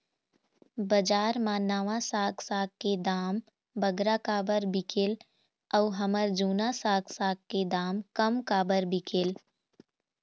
बजार मा नावा साग साग के दाम बगरा काबर बिकेल अऊ हमर जूना साग साग के दाम कम काबर बिकेल?